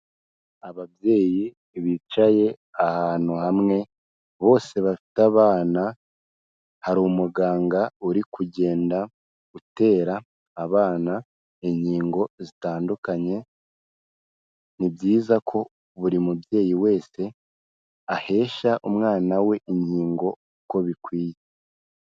Ababyeyi bicaye ahantu hamwe bose bafite abana, hari umuganga uri kugenda utera abana ingingo zitandukanye, ni byiza ko buri mubyeyi wese ahesha umwana we inkingo uko bikwiye.